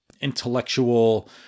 intellectual